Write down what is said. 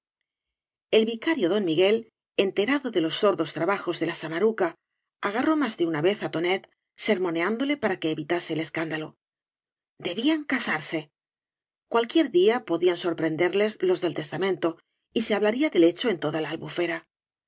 el vicario don miguel enterado de los sordos trabajos de la samaruca agarró más de una vez á tonet sermoneándole para que evitase el escándalo debían casarse cualquier día podían eor prenderles los del testamento y se hablaría del hecho en toda la albufera